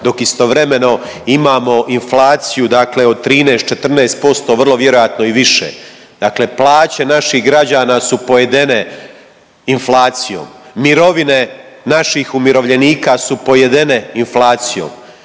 dok istovremeno imamo inflaciju, dakle od 13, 14% vrlo vjerojatno i više. Dakle, plaće naših građana su pojedene inflacijom. Mirovine naših umirovljenika su pojedene inflacijom.